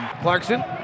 Clarkson